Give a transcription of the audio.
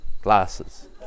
glasses